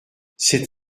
c’est